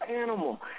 animal